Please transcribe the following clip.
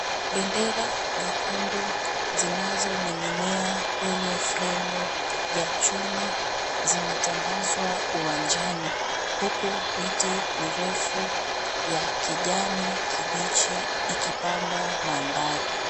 Bendera nyekundu zinazoning'inia kwenye fremu ya chuma zimetandazwa uwanjani huku miti mirefu ya kijani kibichi ikipamba mandhari.